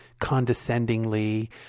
condescendingly